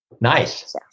Nice